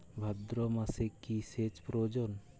ভাদ্রমাসে কি সেচ প্রয়োজন?